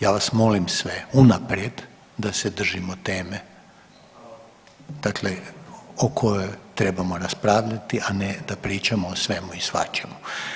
Ja vas molim sve unaprijed da se držimo teme dakle o kojoj trebamo raspravljati, a ne da pričamo o svemu i svačemu.